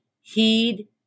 heed